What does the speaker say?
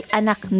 anak